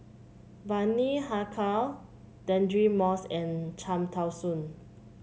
Bani Haykal Deirdre Moss and Cham Tao Soon